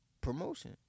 promotion